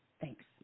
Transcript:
Thanks